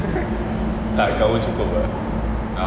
tak tahu cukup bro